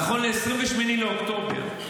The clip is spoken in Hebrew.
נכון ל-28 באוקטובר,